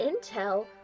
Intel